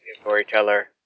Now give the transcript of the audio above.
Storyteller